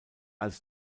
als